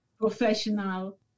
professional